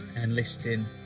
enlisting